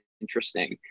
interesting